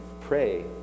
pray